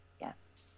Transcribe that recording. Yes